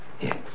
Yes